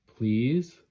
Please